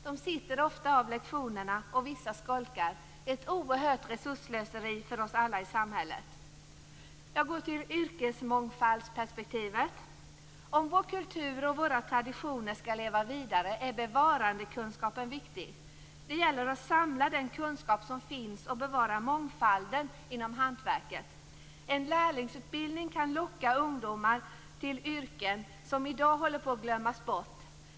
De sitter ofta av lektionerna, och vissa skolkar - ett oerhört resursslöseri för oss alla i samhället. Jag går över till yrkesmångfaldsperspektivet. Om vår kultur och våra traditioner skall leva vidare är bevarandekunskapen viktig. Det gäller att samla den kunskap som finns och bevara mångfalden inom hantverket. En lärlingsutbildning kan locka ungdomar till yrken som i dag håller på att glömmas bort.